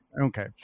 Okay